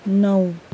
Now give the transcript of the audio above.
नौ